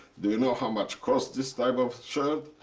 do you know how much cost this type of shirt?